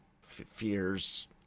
fears